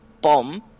bomb